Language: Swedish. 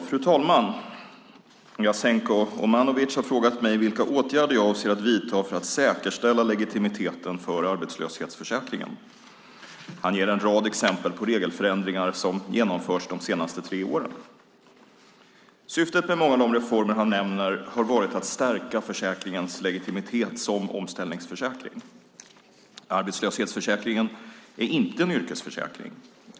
Fru talman! Jasenko Omanovic har frågat mig vilka åtgärder jag avser att vidta för att säkerställa legitimiteten för arbetslöshetsförsäkringen. Han ger en rad exempel på regelförändringar som genomförts de senaste tre åren. Syftet med många av de reformer han nämner har varit att stärka försäkringens legitimitet som omställningsförsäkring. Arbetslöshetsförsäkringen är inte en yrkesförsäkring.